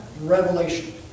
revelation